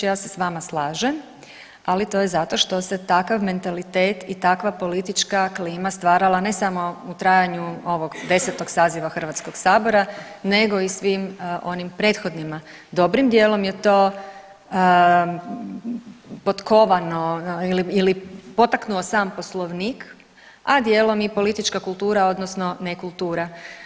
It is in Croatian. Ja se sa vama slažem, ali to je zato što se takav mentalitet i takva politička klima stvarala ne samo u trajanju ovog desetog saziva Hrvatskog sabora nego i svim onim prethodnima, dobrim dijelom je to potkovano ili potaknuo sam Poslovnik, a dijelom i politička kultura, odnosno nekultura.